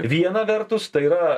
viena vertus tai yra